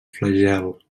flagel